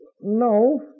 No